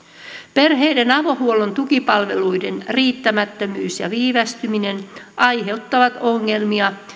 perheiden avohuollon tukipalveluiden riittämättömyys ja viivästyminen aiheuttavat ongelmia